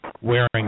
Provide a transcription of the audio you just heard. wearing